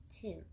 two